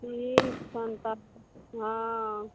ठीक छनि तब हँ